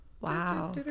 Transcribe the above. Wow